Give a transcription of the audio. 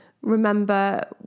Remember